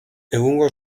egungo